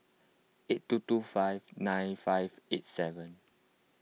eight two two five nine five eight seven